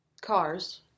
Cars